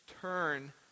Turn